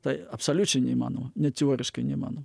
tai absoliučiai neįmanoma net teoriškai neįmanoma